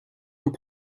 und